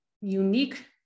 unique